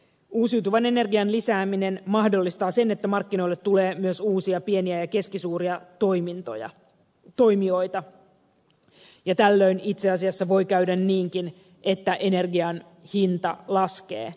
uusiutuvan energian lisääminen mahdollistaa sen että markkinoille tulee myös uusia pieniä ja keskisuuria toimijoita ja tällöin itse asiassa voi käydä niinkin että energian hinta laskee